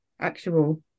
actual